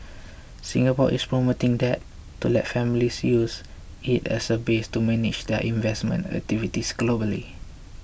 Singapore is promoting that to let families use it as a base to manage their investment activities globally